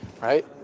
right